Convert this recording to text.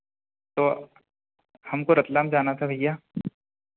तो हमको रतलाम जाना था भैया